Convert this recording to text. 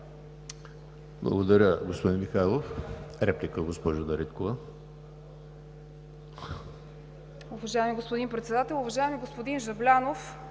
Благодаря, господин Михайлов. Реплика – госпожо Дариткова.